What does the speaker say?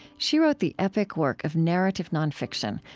she wrote the epic work of narrative nonfiction,